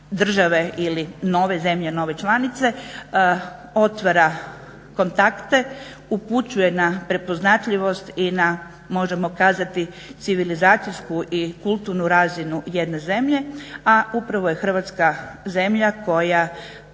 ili nove zemlje, nove članice otvara kontakte, upućuje na prepoznatljivost i na možemo kazati civilizacijsku i kulturnu razinu jedne zemlje, a upravo je Hrvatska zemlja koja